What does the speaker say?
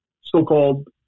so-called